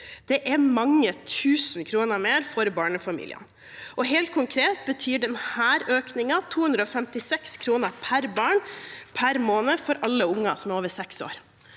Det er mange tusen kroner mer for barnefamiliene. Helt konkret betyr denne økningen 256 kr mer per barn per måned for alle unger som er over seks år.